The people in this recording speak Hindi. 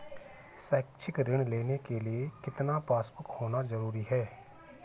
शैक्षिक ऋण लेने के लिए कितना पासबुक होना जरूरी है?